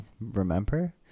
remember